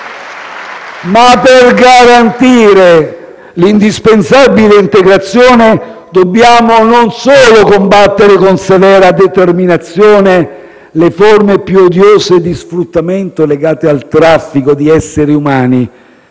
Ma per garantire l'indispensabile integrazione non dobbiamo solo combattere con severa determinazione le forme più odiose di sfruttamento legate al traffico di esseri umani,